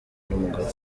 n’umugabo